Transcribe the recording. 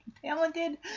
Talented